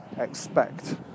Expect